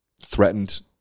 threatened